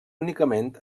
únicament